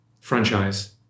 Franchise